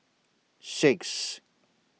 six